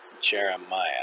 Jeremiah